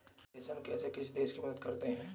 प्रेषण कैसे किसी देश की मदद करते हैं?